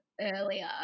earlier